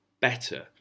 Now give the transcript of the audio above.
better